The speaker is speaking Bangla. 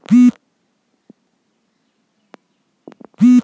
কুশারি ভারতত অইন্যতম বিশেষ অর্থকরী শস্য গিলার মইধ্যে এ্যাকটা